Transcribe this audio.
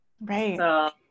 right